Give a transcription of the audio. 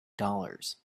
dollars